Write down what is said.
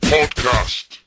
Podcast